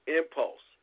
impulse